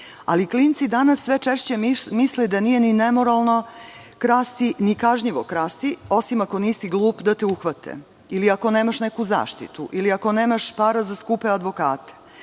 ali klinci danas sve češće misle da nije ni nemoralno krasti, ni kažnjivo krasti, osim ako nisi glup da te uhvate ili ako nemaš neku zaštitu, ili ako nemaš para za skupe advokate. Uostalom,